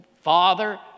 Father